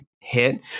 hit